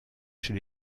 chez